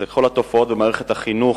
וזה כל התופעות במערכת החינוך,